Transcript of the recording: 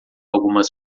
algumas